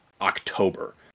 October